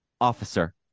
officer